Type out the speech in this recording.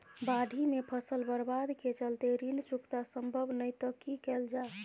बाढि में फसल बर्बाद के चलते ऋण चुकता सम्भव नय त की कैल जा?